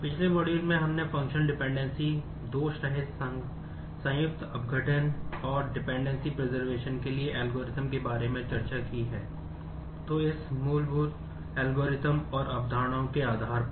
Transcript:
पिछले मॉड्यूल में हमने फंक्शनल डिपेंडेंसी और अवधारणाओं के आधार पर